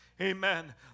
Amen